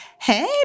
Hey